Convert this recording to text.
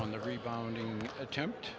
on the rebounding attempt